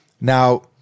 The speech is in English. Now